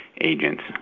agents